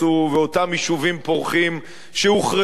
ואותם יישובים פורחים שהוחרבו,